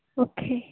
okay